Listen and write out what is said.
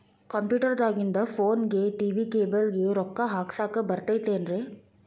Computer ದಾಗಿಂದ್ ಫೋನ್ಗೆ, TV cable ಗೆ, ರೊಕ್ಕಾ ಹಾಕಸಾಕ್ ಬರತೈತೇನ್ರೇ?